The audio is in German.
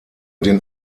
den